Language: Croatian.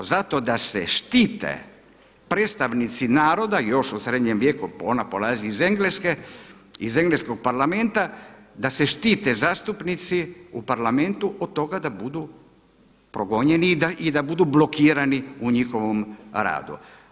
Zato da se štite predstavnici naroda još u srednjem vijeku, ona prolazi iz Engleske, iz Engleskog parlamenta da se štite zastupnici u parlamentu od toga da budu progonjeni i da budu blokirani u njihovom radu.